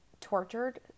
tortured